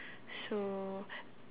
so